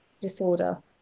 disorder